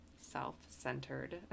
self-centered